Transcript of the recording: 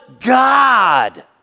God